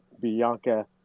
Bianca